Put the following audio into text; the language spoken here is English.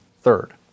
third